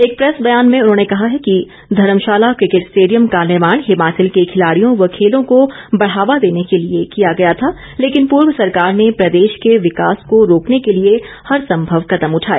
एक प्रैस बयान में उन्होंने कहा है कि धर्मशाला क्रिकेट स्टेडियम का निर्माण हिमाचल के खिलाड़ियों व खेलों को बढ़ावा देने के लिए किया गया था लेकिन पूर्व सरकार ने प्रदेश के विकास को रोकने के लिए हर संभव कदम उठाए